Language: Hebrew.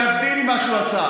אני עדין עם מה שהוא עשה.